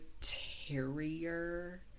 terrier